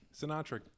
Sinatra